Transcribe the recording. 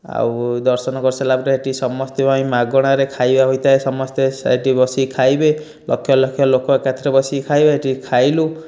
ଆଉ ଦର୍ଶନ କରିସାରିଲା ପରେ ସେଇଠି ସମସ୍ତଙ୍କ ପାଇଁ ମାଗଣାରେ ଖାଇବା ହୋଇଥାଏ ସମସ୍ତେ ସେଇଠି ବସିକି ଖାଇବେ ଲକ୍ଷ ଲକ୍ଷ ଲୋକ ଏକାଥରେ ବସିକି ଖାଇବେ ସେଇଠି ଖାଇଲୁ